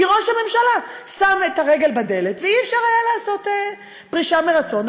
כי ראש הממשלה שם את הרגל בדלת ולא היה אפשר לעשות פרישה מרצון.